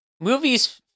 movies